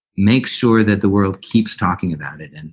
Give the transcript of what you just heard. make sure that the world keeps talking about it. and